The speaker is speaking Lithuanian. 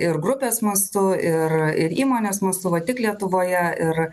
ir grupės mastu ir ir įmonės mastu va tik lietuvoje ir